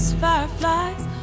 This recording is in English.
fireflies